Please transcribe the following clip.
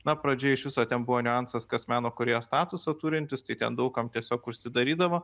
na pradžia iš viso ten buvo niuansas kas meno kūrėjo statusą turintis tai ten daug kam tiesiog užsidarydavo